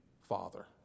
father